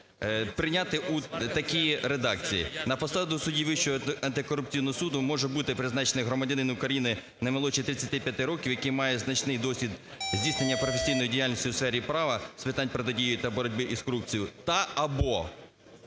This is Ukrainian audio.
прийняти у такій редакції. "На посаду судді Вищого антикорупційного суду може бути призначений громадянин України не молодший 35 років, який має значний досвід здійснення професійної діяльності у сфері права, з питань протидії та боротьби із корупцією та/або